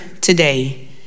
today